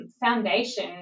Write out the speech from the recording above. foundation